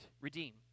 redeem